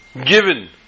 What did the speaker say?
given